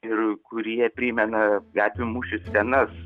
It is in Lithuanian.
ir kurie primena gatvių mūšių scenas